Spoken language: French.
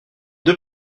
deux